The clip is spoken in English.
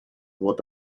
what